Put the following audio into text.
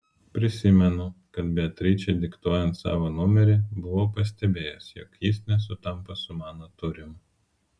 prisimenu kad beatričei diktuojant savo numerį buvau pastebėjęs jog jis nesutampa su mano turimu